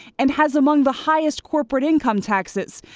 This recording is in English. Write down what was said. and has among the highest corporate income taxes.